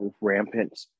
rampant